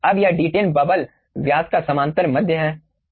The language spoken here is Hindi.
अब यह d10 बबल व्यास का समांतर माध्य है